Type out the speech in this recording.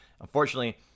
Unfortunately